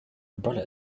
umbrella